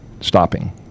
stopping